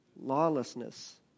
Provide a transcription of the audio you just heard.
lawlessness